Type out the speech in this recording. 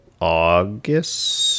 August